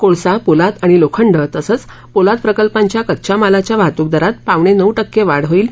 कोळसा पोलाद आणि लोखंड तसंच पोलाद प्रकल्पांच्या कच्च्या मालाच्या वाहतूक दरात पावणे नऊ टक्के वाढ होईल